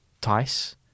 Tice